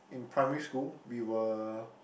in primary school we were